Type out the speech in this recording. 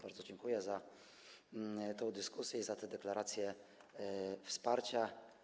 Bardzo dziękuję za tę dyskusję i za te deklaracje wsparcia.